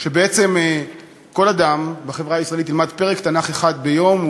שכל אדם בחברה הישראלית ילמד פרק תנ"ך אחד ביום,